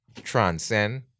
transcend